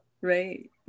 Right